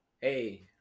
Hey